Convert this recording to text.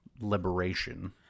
liberation